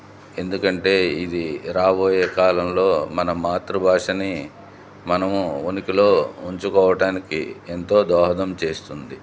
ఎందుకంటే ఇది రాబోయే కాలంలో మన మాతృభాషని మనము ఉనికిలో ఉంచుకోవటానికి ఎంతో దోహదం చేస్తుంది